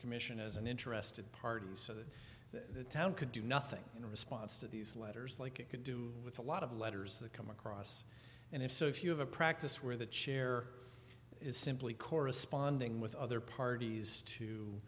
commission as an interested party so that the town could do nothing in response to these letters like it could do with a lot of letters that come across and if so if you have a practice where the chair is simply corresponding with other parties to